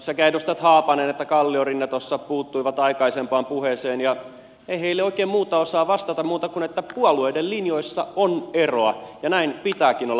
sekä edustaja haapanen että edustaja kalliorinne tuossa puuttuivat aikaisempaan puheeseeni ja ei heille oikein muuta osaa vastata kuin että puolueiden linjoissa on eroa ja näin pitääkin olla